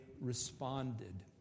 responded